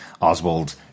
Oswald